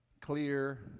Clear